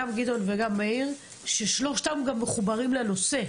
גם גדעון וגם מאיר ששלושתם גם מחוברים לנושא.